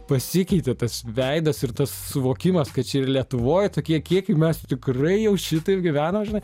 pasikeitė tas veidas ir tas suvokimas kad čia ir lietuvoj tokie kiekiaikad mes tikrai jau šitaip gyvenam žinai